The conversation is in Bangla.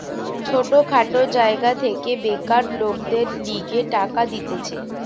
ছোট খাটো জায়গা থেকে বেকার লোকদের লিগে টাকা দিতেছে